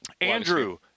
Andrew